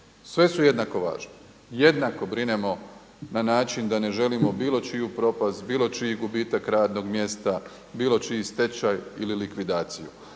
Sve su jednako važne, jednako brinemo na način da ne želimo bilo čiju propast, bilo čiji gubitak radnog mjesta, bilo čiji stečaj ili likvidaciju.